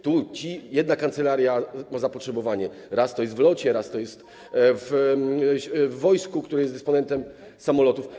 Tu jedna kancelaria ma zapotrzebowanie, raz to jest w LOT, raz to jest w wojsku, które jest dysponentem samolotów.